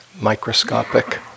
microscopic